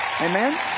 amen